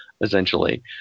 essentially